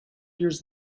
years